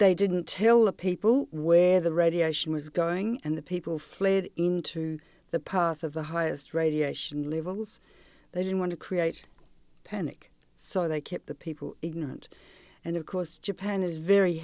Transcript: they didn't tell the people where the radiation was going and the people fled into the path of the highest radiation levels they didn't want to create panic so they kept the people ignorant and of course japan is very